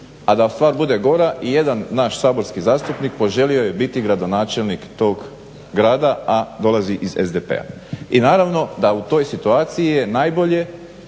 A da stvar bude gora i jedan naš saborski zastupnik poželio je biti gradonačelnik tog grada, a dolazi iz SDP-a i naravno da u toj situaciji je najbolje